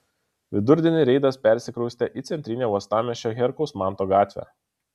vidurdienį reidas persikraustė į centrinę uostamiesčio herkaus manto gatvę